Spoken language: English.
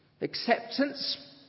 Acceptance